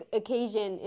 occasion